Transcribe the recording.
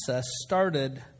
started